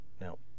now